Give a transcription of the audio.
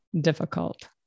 difficult